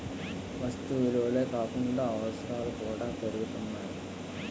వస్తు విలువలే కాకుండా అవసరాలు కూడా పెరుగుతున్నాయి